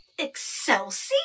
Excelsi